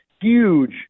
huge